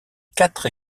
quatre